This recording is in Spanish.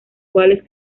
cuales